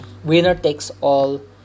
Winner-takes-all